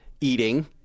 eating